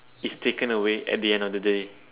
is taken away at the end of the day